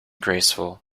graceful